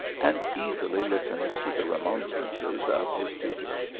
and easily listened to the remonstrances of his tutor,